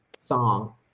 song